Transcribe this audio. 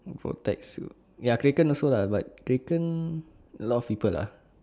for tech suite you ya kraken also lah but kraken a lot of people lah